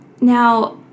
Now